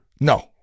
no